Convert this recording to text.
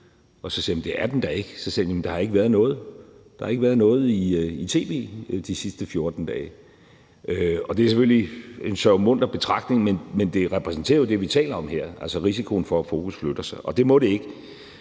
Så sagde han, at der ikke har været noget om det i tv de sidste 14 dage. Det er selvfølgelig en sørgmunter betragtning, men det repræsenterer jo det, som vi taler om her, altså risikoen for, at fokus flytter sig, og det må det ikke,